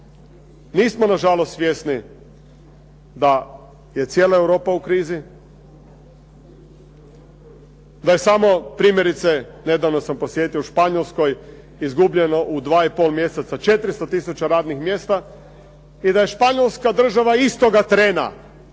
Nismo na žalost svjesni da je cijela Europa u krizi, da je samo primjerice, nedavno sam posjedio Španjolskoj izgubljeno u 2,5 mjeseca 400 tisuća radnih mjesta i da je Španjolska država istoga trena,